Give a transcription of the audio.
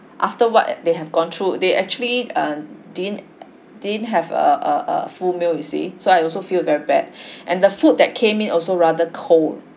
after what they have gone through they actually err didn't didn't have uh uh uh full meal you see so I also feel very bad and the food that came in also rather cold